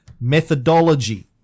methodology